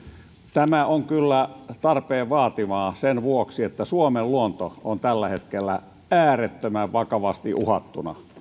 tämä on kyllä tarpeen vaatimaa sen vuoksi että suomen luonto on tällä hetkellä äärettömän vakavasti uhattuna